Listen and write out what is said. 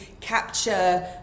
capture